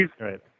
right